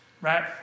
right